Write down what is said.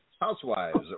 Housewives